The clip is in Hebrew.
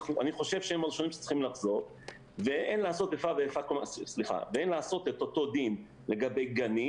אני חושב שהם הראשונים שצריכים לחזור ואין לעשות את אותו דין לגבי גנים,